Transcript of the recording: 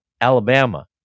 Alabama